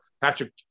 Patrick